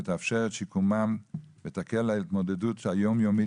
ותאפשר את שיקומם ותקל על ההתמודדות היומיומית